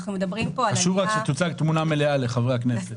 מדברים פה --- חשוב שתוצג תמונה מלאה לחברי הכנסת.